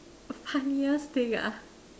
funniest thing ah